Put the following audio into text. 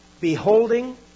Beholding